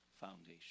foundation